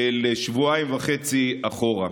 שבועיים וחצי אחורה.